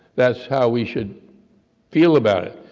that's how we should feel about it.